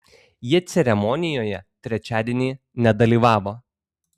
jie ceremonijoje trečiadienį nedalyvavo